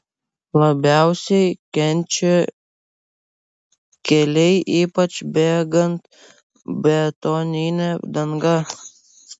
labiausiai kenčia keliai ypač bėgant betonine danga